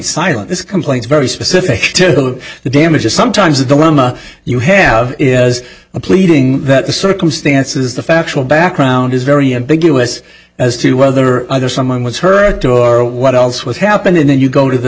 silent this complaint very specific to the damages sometimes the dilemma you have as a pleading that the circumstances the factual background is very ambiguous as to whether either someone was hurt or what else was happening then you go to the